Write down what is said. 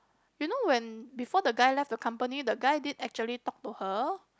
you know when before the guy left the company the guy did actually talk to her